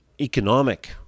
economic